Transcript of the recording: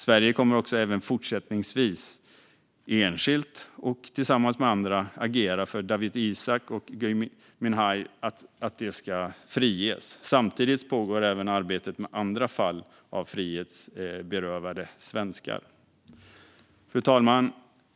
Sverige kommer också fortsättningsvis, enskilt och tillsammans med andra, att agera för att Dawit Isaak och Gui Minhai ska friges. Samtidigt pågår även arbetet med andra fall med frihetsberövade svenskar. Fru talman!